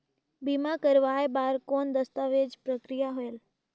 बीमा करवाय बार कौन दस्तावेज प्रक्रिया होएल?